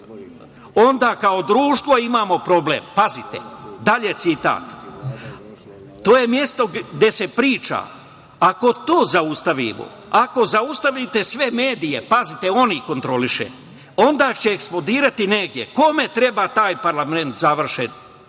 onda kao društvo imamo problem, pazite, dalje citat - to je mesto gde se priča, ako to zaustavimo, ako zaustavite sve medije, pazite, on ih kontroliše - onda će eksplodirati negde, kome treba taj parlament?, završen